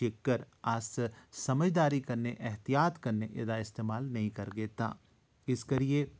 इक अस समझदारी कन्नै एह्तियात कन्नै एह्दा इस्तेमाल नेईं करगे तां इस करियै